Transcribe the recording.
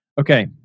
Okay